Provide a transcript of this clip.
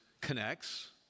connects